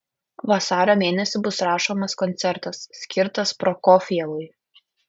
vasario mėnesį bus rašomas koncertas skirtas prokofjevui